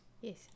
Yes